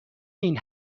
این